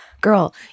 girl